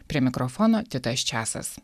prie mikrofono titas česas